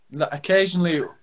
Occasionally